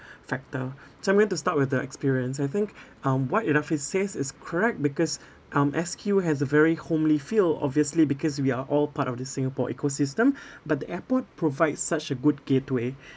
factor so I'm going to start with the experience I think um what idafi says is correct because um S_Q has a very homely feel obviously because we are all part of the singapore ecosystem but the airport provides such a good gateway